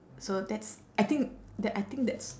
so that's I think that I think that's